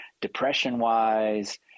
depression-wise